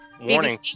warning